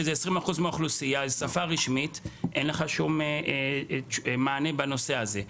שאלה 20 אחוזים מהאוכלוסייה והיא שפה רשמית אבל אין לך מענה בנושא הזה.